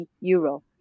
euro